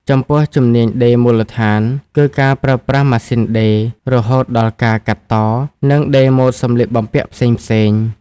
ចំពោះ ជំនាញដេរមូលដ្ឋាន គឺការប្រើប្រាស់ម៉ាស៊ីនដេរ រហូតដល់ការកាត់ត និងដេរម៉ូដសម្លៀកបំពាក់ផ្សេងៗ។